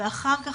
ואחר-כך,